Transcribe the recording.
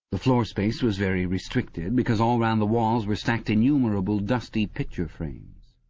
the floorspace was very restricted, because all round the walls were stacked innumerable dusty picture-frames.